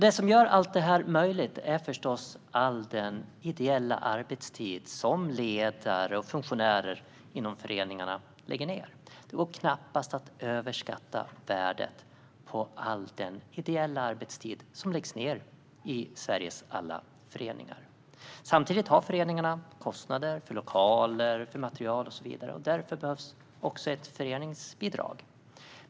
Det som gör allt detta möjligt är förstås all den ideella arbetstid som ledare och funktionärer inom föreningarna lägger ned. Det går knappast att överskatta värdet på den ideella arbetstid som läggs ned i Sveriges alla föreningar. Samtidigt har föreningarna kostnader för lokaler, material och så vidare. Därför behövs också ett föreningsbidrag.